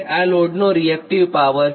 આ લોડનો reactive power છે